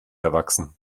erwachsen